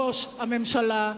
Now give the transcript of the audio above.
ראש הממשלה,